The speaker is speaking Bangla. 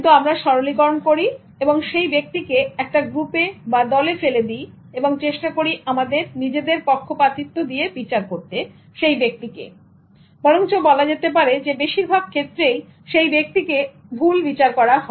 কিন্তু আমরা সরলীকরণ করি এবং সেই ব্যক্তি কে একটা গ্রুপে বা দলে ফেলে দি এবং চেষ্টা করি আমাদের নিজেদের পক্ষপাতিত্ব দিয়ে বিচার করতে সেই ব্যক্তি কে বরংচ বলা যেতে পারে বেশিরভাগ ক্ষেত্রে সেই ব্যক্তি কে ভুল বিচার করা হয়